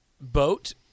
boat